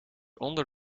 onder